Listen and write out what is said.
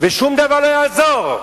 ושום דבר לא יעזור.